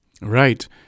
Right